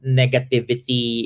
negativity